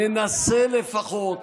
ננסה לפחות